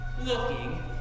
looking